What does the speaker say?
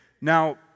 Now